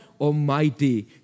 Almighty